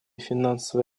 финансово